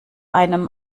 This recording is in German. einem